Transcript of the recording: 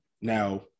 now